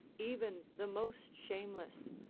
even the most shameless,